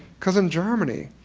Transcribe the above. because in germany,